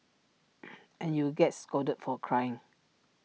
and you would get scolded for crying